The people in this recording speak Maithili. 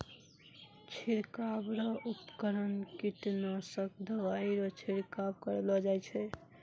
छिड़काव रो उपकरण कीटनासक दवाइ रो छिड़काव करलो जाय छै